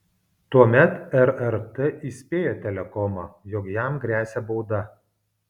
tuomet rrt įspėjo telekomą jog jam gresia bauda